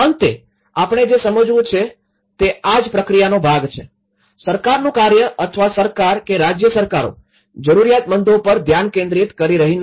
અંતે આપણે જે સમજવું છે તે આ જ પ્રક્રિયાનો ભાગ છે સરકારનું કાર્ય અથવા સરકાર કે રાજ્ય સરકારો જરૂરિયાતમંદો પર ધ્યાન કેન્દ્રિત કરી રહી નથી